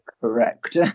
Correct